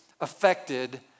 affected